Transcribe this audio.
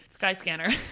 Skyscanner